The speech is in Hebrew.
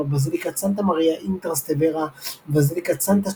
בזיליקת סנטה מריה אין טרסטוורה ובזיליקת סנטה